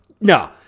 No